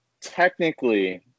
Technically